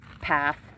path